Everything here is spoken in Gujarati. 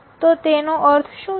તો તેનો અર્થ શું છે